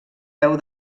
peu